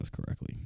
correctly